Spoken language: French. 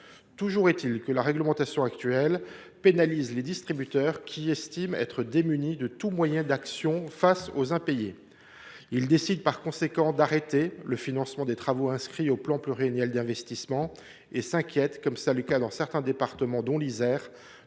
Toujours est il que la réglementation actuelle pénalise les distributeurs, qui estiment être démunis de tout moyen d’action face aux impayés. Ils décident par conséquent d’arrêter le financement des travaux inscrits aux plans pluriannuels d’investissement et craignent parfois – c’est le cas en Isère